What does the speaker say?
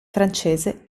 francese